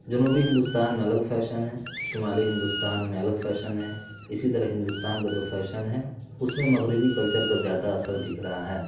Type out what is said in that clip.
جنوبی ہندوستان میں الگ فیشن ہے شمالی ہندوستان میں الگ فیشن ہے اسی طرح ہندوستان کا جو فیشن ہے اس میں مغربی کلچر کا زیادہ اثر دکھ رہا ہے